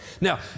Now